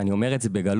ואני אומר את זה בגלוי,